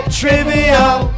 trivial